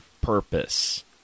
purpose